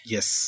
Yes